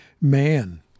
Man